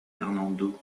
fernando